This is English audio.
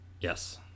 yes